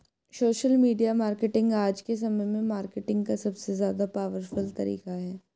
social media marketing आज के समय में मार्केटिंग का सबसे ज्यादा पॉवरफुल तरीका है